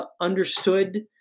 understood